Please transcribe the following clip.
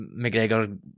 McGregor